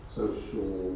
Social